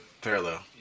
parallel